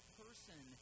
person